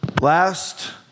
Last